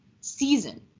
season